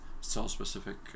Cell-specific